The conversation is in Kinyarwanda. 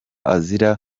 azira